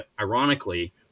ironically